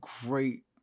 great